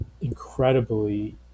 incredibly